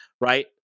right